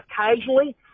occasionally